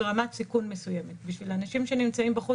שלא מסיעים באותו רכב אנשים שהם מחוסנים